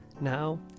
now